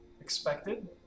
expected